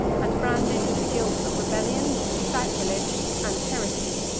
and branded with the guilt of rebellion, sacrilege, and heresy.